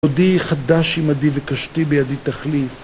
עודי חדש עימדי וקשתי בידי תחליף